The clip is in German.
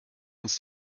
uns